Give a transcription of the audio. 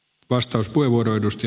arvoisa puhemies